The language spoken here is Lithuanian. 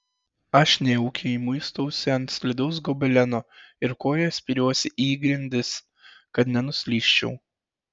aš nejaukiai muistausi ant slidaus gobeleno ir koja spiriuosi į grindis kad nenuslysčiau